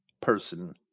person